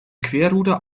querruder